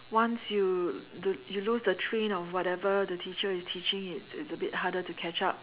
once you lose the train of whatever the teacher is teaching it's it's a bit harder to catch up